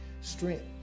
strength